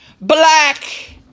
black